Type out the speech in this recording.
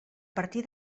partir